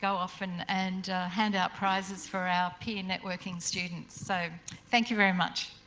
go off and and hand out prizes for our peer networking students. so, thank you very much.